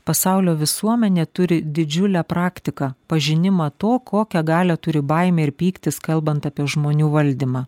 pasaulio visuomenė turi didžiulę praktiką pažinimą to kokią galią turi baimė ir pyktis kalbant apie žmonių valdymą